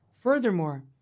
Furthermore